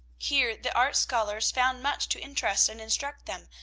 here the art scholars found much to interest and instruct them,